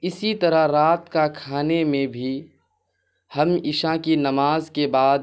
اسی طرح رات کا کھانے میں بھی ہم عشاء کی نماز کے بعد